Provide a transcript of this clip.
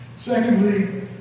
Secondly